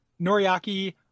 Noriaki